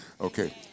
okay